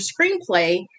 screenplay